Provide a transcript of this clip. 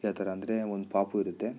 ಯಾವ್ಥರ ಅಂದರೆ ಒಂದು ಪಾಪು ಇರುತ್ತೆ